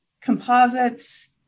Composites